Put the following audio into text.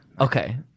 Okay